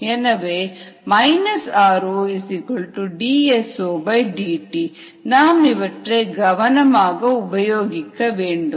எனவே r0dS0dt நாம் இவற்றை கவனமாக உபயோகிக்கவேண்டும்